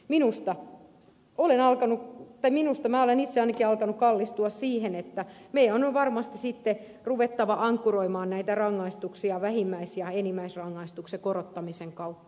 minusta olen alkanu minusta mä olen itse ainakin alkanut kallistua siihen että meidän on varmasti sitten ruvettava ankkuroimaan näitä rangaistuksia vähimmäis ja enimmäisrangaistuksien korottamisen kautta